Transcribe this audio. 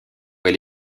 elle